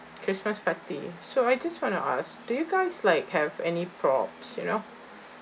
christmas party so I just want to ask do you guys like have any props you know